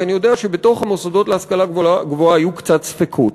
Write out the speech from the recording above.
כי אני יודע שבתוך המוסדות להשכלה גבוהה היו קצת ספקות,